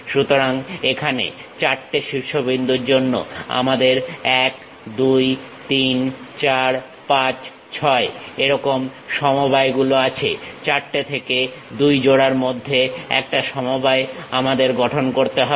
সুতরাং এখানে চারটে শীর্ষবিন্দুর জন্য আমাদের 1 2 3 4 5 6 এরকম সমবায় গুলো আছে 4টে থেকে দুই জোড়ার মধ্যে একটা সমবায় আমাদের গঠন করতে হবে